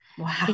Wow